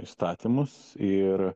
įstatymus ir